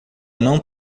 não